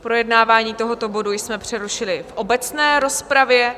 Projednávání tohoto bodu jsme přerušili v obecné rozpravě.